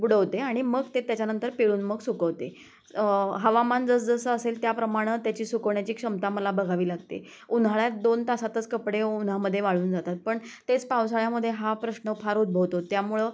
बुडवते आणि मग ते त्याच्यानंतर पिळून मग सुकवते हवामान जसजसं असेल त्याप्रमाणं त्याची सुकवण्याची क्षमता मला बघावी लागते आहे उन्हाळ्यात दोन तासांतस कपडे उन्हामध्ये वाळून जातात पण तेच पावसाळ्यामध्ये हा प्रश्न फार उद्भवतो त्यामुळं